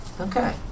Okay